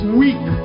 weak